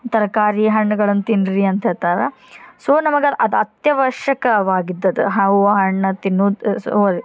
ತರಕಾರಿ ಹಣ್ಗಳನ್ನು ತಿನ್ನಿರಿ ಅಂತ ಹೇಳ್ತಾರೆ ಸೊ ನಮಗದು ಅದು ಅತ್ಯಾವಶ್ಯಕವಾಗಿದ್ದದು ಹವ್ವ ಹಣ್ಣು ತಿನ್ನುದು ಸೊ